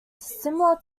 similar